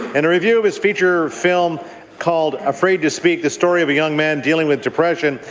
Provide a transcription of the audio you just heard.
and a review of his feature film called, afraid to speak the story of a young man dealing with depression,